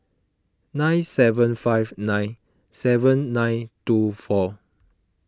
nine seven five nine seven nine two four